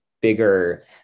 bigger